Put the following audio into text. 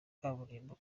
kaburimbo